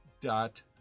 dot